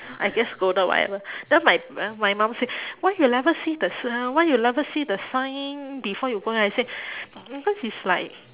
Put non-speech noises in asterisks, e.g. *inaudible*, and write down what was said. I get scolded whatever then my my mum say why you never see the s~ uh why you never see the sign before you go in I say *breath* because is like